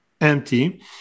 empty